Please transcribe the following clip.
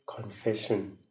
confession